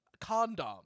condom